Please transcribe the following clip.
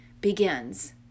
begins